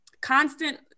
constant